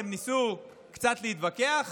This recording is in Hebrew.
הם ניסו קצת להתווכח,